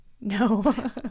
no